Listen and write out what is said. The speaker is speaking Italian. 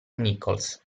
nichols